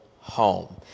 home